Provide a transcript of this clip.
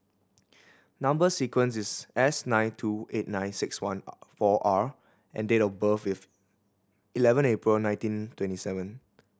number sequence is S nine two eight nine six one four R and date of birth is eleven April nineteen twenty seven